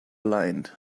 lined